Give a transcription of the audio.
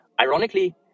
ironically